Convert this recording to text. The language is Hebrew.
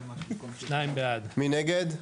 הצבעה בעד, 2 נגד,